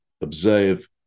observe